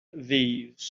these